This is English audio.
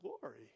glory